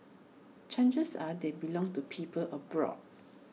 chances are they belong to people abroad